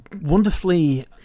wonderfully